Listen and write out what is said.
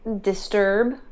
disturb